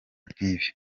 nkibi